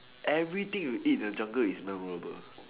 everything you eat in the jungle is memorable